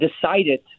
decided